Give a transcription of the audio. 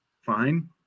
fine